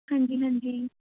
ਹਾਂਜੀ ਹਾਂਜੀ